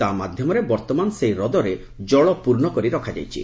ତା' ମାଧ୍ୟମରେ ବର୍ତ୍ତମାନ ସେହି ହ୍ରଦରେ ଜଳ ପୂର୍ଣ୍ଣକରି ରଖାଯାଇଛି